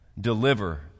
Deliver